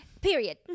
period